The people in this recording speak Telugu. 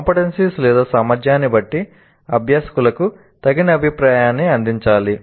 CO సామర్థ్యాన్ని బట్టి అభ్యాసకులకు తగిన అభిప్రాయాన్ని అందించాలి